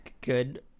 good